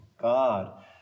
God